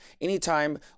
Anytime